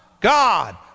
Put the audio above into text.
God